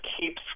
keeps